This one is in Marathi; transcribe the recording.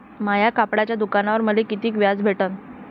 माया कपड्याच्या दुकानावर मले कितीक व्याज भेटन?